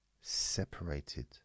Separated